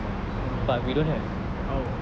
for me oh